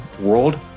world